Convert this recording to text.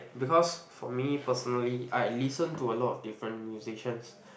because for me personally I listen to a lot of different musicians